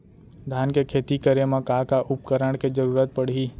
धान के खेती करे मा का का उपकरण के जरूरत पड़हि?